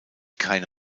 keine